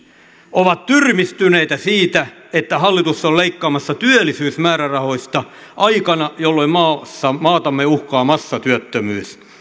ovat tyrmistyneitä siitä että hallitus on leikkaamassa työllisyysmäärärahoista aikana jolloin maatamme uhkaa massatyöttömyys